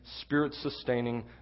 spirit-sustaining